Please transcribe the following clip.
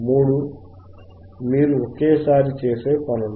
మూడు మీరు ఒకేసారి చేసే పనులు